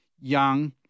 Young